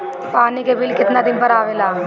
पानी के बिल केतना दिन पर आबे ला?